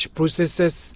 Processes